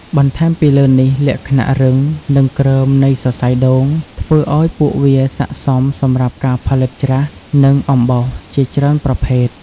បន្ថែមពីលើនេះលក្ខណៈរឹង និងគ្រើមនៃសរសៃដូង ធ្វើឱ្យពួកវាស័ក្តិសមសម្រាប់ការផលិតច្រាស និងអំបោស ជាច្រើនប្រភេទ។